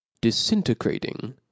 Disintegrating